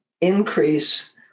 increase